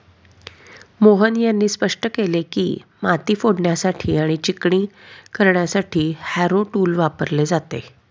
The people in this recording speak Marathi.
मोहन यांनी स्पष्ट केले की, माती फोडण्यासाठी आणि चिकणी करण्यासाठी हॅरो टूल वापरले जाते